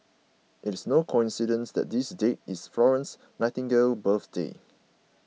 it is no coincidence that this date is Florence Nightingale's birthday